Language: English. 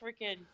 freaking